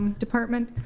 department.